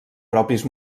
propis